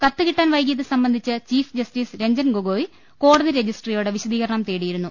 കത്ത് കിട്ടാൻ വൈകിയത് സംബന്ധിച്ച് ചീഫ് ജസ്റ്റിസ് രഞ്ജൻ ഗൊഗോയി കോടതി രജിസ്ട്രിയോട് വിശദീകരണം തേടിയിരുന്നു